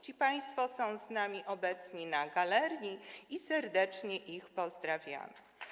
Ci państwo są z nami, są obecni na galerii i serdecznie ich pozdrawiamy.